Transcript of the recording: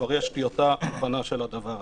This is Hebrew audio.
כבר יש --- של הדבר הזה.